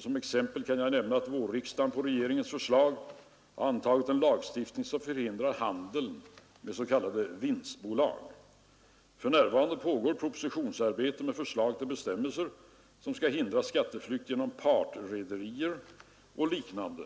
Som exempel kan jag nämna att vårriksdagen på regeringens förslag antagit en lagstiftning som förhindrar handeln med s.k. vinstbolag. För närvarande pågår propositionsarbete med förslag till bestämmelser som skall hindra skatteflykt genom partrederier och liknande.